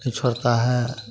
फ़िर छोड़ता है